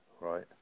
right